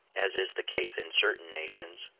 as is the case in certain nations,